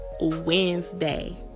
wednesday